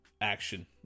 action